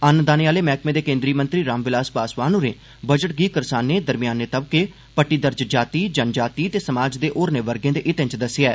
अन्न दाने आह्ले मैह्कमे दे मंत्री राम विलास पासवान होरें बजट गी करसानें दरम्याने तबके पट्टीदर्ज जाति जनजाति ते समाज दे होरनें वर्गें दे हितें च दस्सेआ ऐ